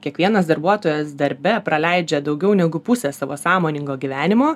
kiekvienas darbuotojas darbe praleidžia daugiau negu pusę savo sąmoningo gyvenimo